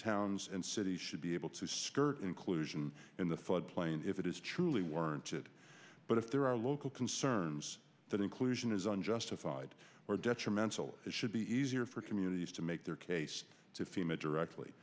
towns and cities should be able to skirt inclusion in the floodplain if it is truly weren't it but if there are local concerns that inclusion is unjustified or detrimental it should be easier for communities to make their case to fema directly